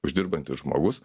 uždirbantis žmogus